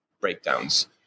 breakdowns